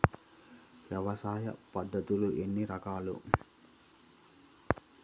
వ్యవసాయ పద్ధతులు ఎన్ని రకాలు?